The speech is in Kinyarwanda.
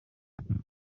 imbere